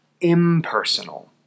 impersonal